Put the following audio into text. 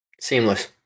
Seamless